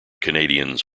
canadians